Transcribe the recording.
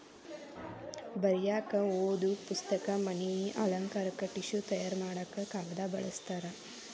ಬರಿಯಾಕ ಓದು ಪುಸ್ತಕ, ಮನಿ ಅಲಂಕಾರಕ್ಕ ಟಿಷ್ಯು ತಯಾರ ಮಾಡಾಕ ಕಾಗದಾ ಬಳಸ್ತಾರ